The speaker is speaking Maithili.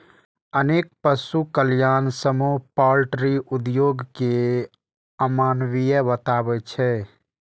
अनेक पशु कल्याण समूह पॉल्ट्री उद्योग कें अमानवीय बताबै छै